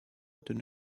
dünne